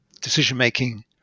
decision-making